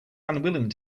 unwilling